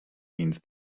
means